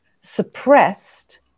suppressed